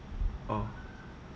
oh